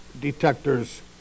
detectors